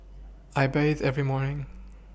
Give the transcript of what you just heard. I bathe every morning